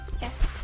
Yes